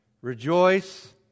Rejoice